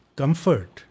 comfort